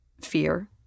fear